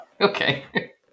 Okay